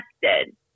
connected